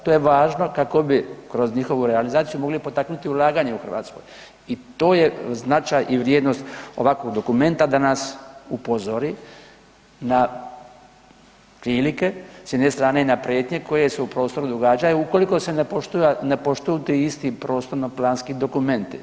To je važno kako bi kroz njihovu realizaciju mogli potaknuti ulaganje u Hrvatsku i to je značaj i vrijednost ovakvog dokumenta da nas upozori na prilike s jedne strane i na prijetnje koje se u prostoru događaju ukoliko se ne poštuju ti isti prostorno planski dokumenti.